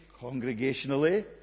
congregationally